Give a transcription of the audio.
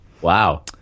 Wow